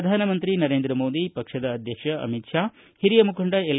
ಪ್ರಧಾನಮಂತ್ರಿ ನರೇಂದ್ರ ಮೋದಿ ಪಕ್ಷದ ಅಧ್ಯಕ್ಷ ಅಮಿತ್ ಷಾ ಹಿರಿಯ ಮುಖಂಡ ಎಲ್